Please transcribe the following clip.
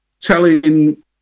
telling